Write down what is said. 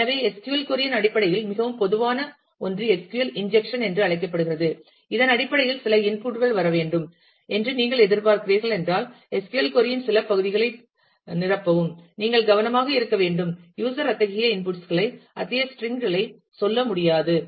எனவே SQL கொறி இன் அடிப்படையில் மிகவும் பொதுவான ஒன்று SQL இன்ஜெக்ஷன் என்று அழைக்கப்படுகிறது இதன் அடிப்படையில் சில இன்புட் கள் வர வேண்டும் என்று நீங்கள் எதிர்பார்க்கிறீர்கள் என்றால் SQL கொறி இன் சில பகுதிகளை நிரப்பவும் நீங்கள் கவனமாக இருக்க வேண்டும் யூஸர் அத்தகைய களை அத்தகைய ஸ்ட்ரிங் களை சொல்ல முடியாது